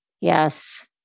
Yes